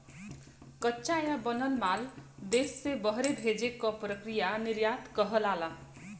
कच्चा या बनल माल देश से बहरे भेजे क प्रक्रिया निर्यात कहलाला